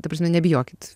ta prasme nebijokit